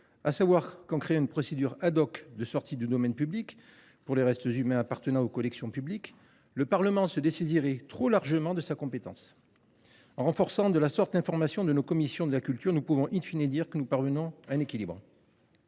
à savoir qu’en créant une procédure de sortie du domaine public pour les restes humains appartenant aux collections publiques, le Parlement se dessaisirait trop largement de sa compétence. En renforçant de la sorte l’information de nos commissions de la culture, nous pouvons dire que nous parvenons à un équilibre